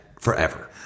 forever